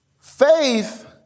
Faith